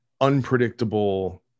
unpredictable